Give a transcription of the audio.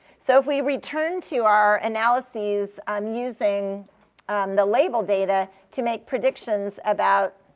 so if we return to our analyses, um using um the label data to make predictions about